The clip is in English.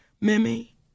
Mimi